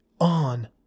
on